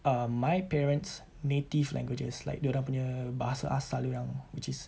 um my parents' native languages like dia orang punya bahasa asal dia orang which is